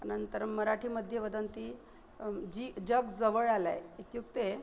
अनन्तरं मराठीमध्ये वदन्ति जी जग् जवळालय् इत्युक्ते